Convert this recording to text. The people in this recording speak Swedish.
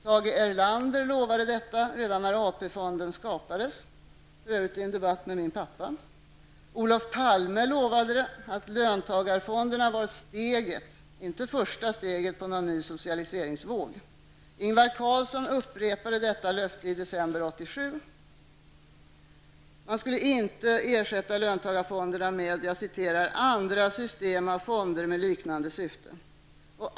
Tage Erlander lovade detta redan när AP-fonden skapades, för övrigt i en debatt med min far. Olof Palme lovade att löntagarfonderna var steget -- inte första steget på en ny socialiseringsvåg. Ingvar Carlsson upprepade detta löfte i december 1987. Man skulle inte ersätta löntagarfonderna med ''andra system av fonder med liknande syften''.